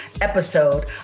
episode